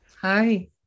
Hi